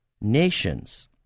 nations